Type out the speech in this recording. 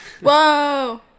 Whoa